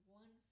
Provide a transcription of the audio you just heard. one